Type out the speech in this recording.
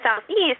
southeast